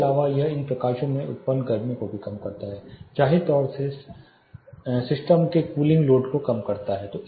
इसके अलावा यह इन प्रकाशों से उत्पन्न गर्मी को भी कम करता है जाहिर तौर पर सिस्टम के कूलिंग लोड को कम करता है